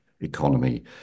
economy